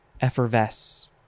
Effervesce